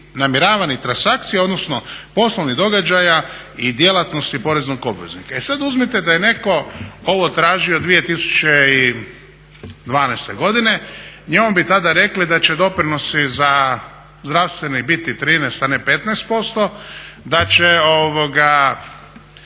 namjeravanih transakcija, odnosno poslovnih događaja i djelatnosti poreznog obveznika. E sad, uzmite da je neko ovo tražio 2012.godine njemu bi tada rekli da će doprinosi za zdravstvo biti 13 a ne 15%, da će PDV